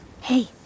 Hey